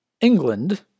England